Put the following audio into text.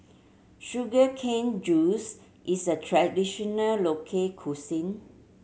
sugar cane juice is a traditional local cuisine